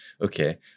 okay